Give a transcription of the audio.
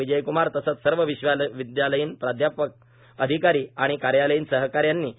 विजयक्मार तसेच सर्व विश्वविद्यालयातील प्राध्यापक अधिकारी व कार्यालयीन सहका यांनी प्रा